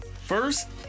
First